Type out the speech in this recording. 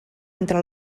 entre